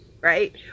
right